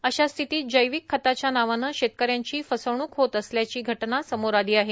अशा स्थितीत जैविक खताच्या नावान शेतकऱ्यांची फसवणूक होत असल्याची धक्कादायक घटना समोर आली आहे